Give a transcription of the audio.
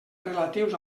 relatius